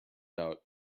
out